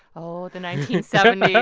oh, the nineteen seventy